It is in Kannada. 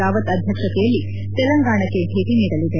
ರಾವತ್ ಅಧ್ಯಕ್ಷತೆಯಲ್ಲಿ ತೆಲಂಗಾಣಕ್ಕೆ ಭೇಟಿ ನೀಡಲಿದೆ